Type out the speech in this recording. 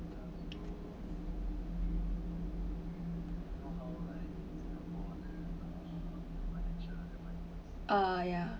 uh yeah